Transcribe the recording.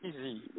Easy